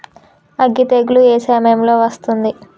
అగ్గి తెగులు ఏ సమయం లో వస్తుంది?